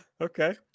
Okay